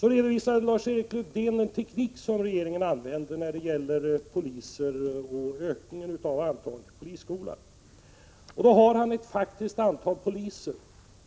Så redovisar Lars-Erik Lövdén en teknik som regeringen använder när det gäller ökningen av antalet platser vid polisskolan. Man har då ett faktiskt antal poliser,